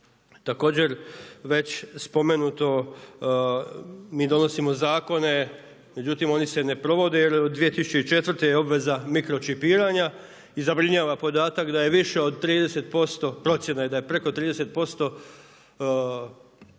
Također, već spomenuto, mi donosimo zakone međutim oni se ne provode jer od 2004. je obveza mikročipiranja i zabrinjava podatak da je više od 30%, procjena je da je preko 30% pasa,